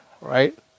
Right